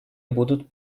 будут